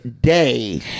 day